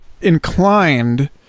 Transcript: inclined